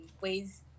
ways